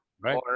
right